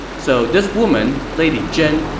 so this woman, lady zhen,